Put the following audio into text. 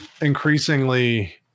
increasingly